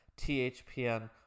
THPN